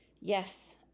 Yes